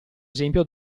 esempio